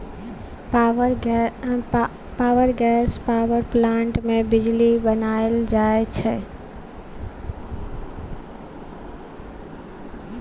biogas power plant मे बिजली बनाएल जाई छै